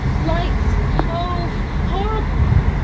lights o, horrible!